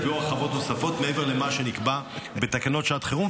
נקבעו הרחבות נוספות מעבר למה שנקבע בתקנות שעת חירום,